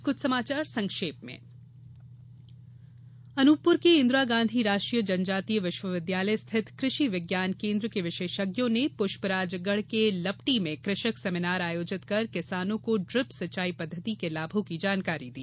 अब कुछ समाचार संक्षेप में अनूपपुर में इंदिरा गांधी राष्ट्रीय जनजातीय विश्वविद्यालय स्थित कृषि विज्ञान केंद्र के विशेषज्ञों ने पुष्पराजगढ़ के लपटी में कृषक सेमीनार आयोजित कर किसानों को ड्रिप सिंचाई पद्धति के लाभों की जानकारी दी